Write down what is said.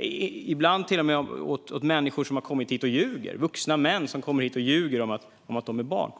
Ibland går de till och med till vuxna män som kommer hit och ljuger om att de är barn.